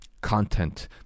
content